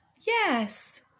yes